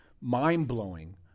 mind-blowing